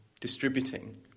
distributing